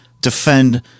defend